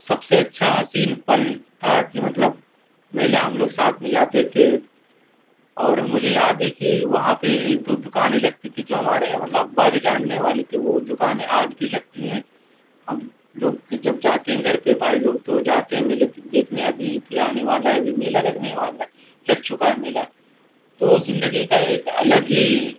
سب سے اچّھا حسین پل تھا کہ مطلب میلا ہم لوگ ساتھ میں جاتے تھے اور مجھے یاد ہے کہ وہاں پہ ایک دو دکانیں لگتی تھیں جو ہمارے مطلب ابا کے جاننے والے تھے وہ دکانیں آج بھی لگتی ہیں ہم لوگ جب جاتے ہیں گھر پہ بھائی لوگ تو جاتے ہیں میلے دیکھنے ابھی پھر آنے والا ہے ابھی میلا لگنے والا ہے لگ چکا ہے میلا تو زندگی کا ایک الگ ہی